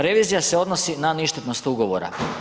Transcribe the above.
Revizija se odnosi na ništetnost ugovora.